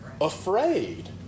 afraid